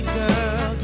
girl